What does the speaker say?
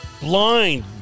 blind